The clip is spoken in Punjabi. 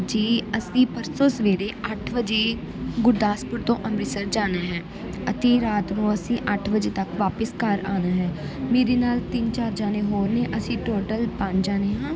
ਜੀ ਅਸੀਂ ਪਰਸੋਂ ਸਵੇਰੇ ਅੱਠ ਵਜੇ ਗੁਰਦਾਸਪੁਰ ਤੋਂ ਅੰਮ੍ਰਿਤਸਰ ਜਾਣਾ ਹੈ ਅਤੇ ਰਾਤ ਨੂੰ ਅਸੀਂ ਅੱਠ ਵਜੇ ਤੱਕ ਵਾਪਸ ਘਰ ਆਉਣਾ ਹੈ ਮੇਰੇ ਨਾਲ ਤਿੰਨ ਚਾਰ ਜਣੇ ਹੋਰ ਨੇ ਅਸੀਂ ਟੋਟਲ ਪੰਜ ਜਣੇ ਹਾਂ